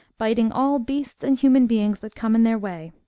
biting all beasts and human beings that come in their way.